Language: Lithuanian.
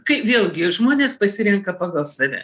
kai vėlgi žmonės pasirenka pagal save